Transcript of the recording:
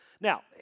Now